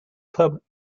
club